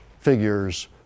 figures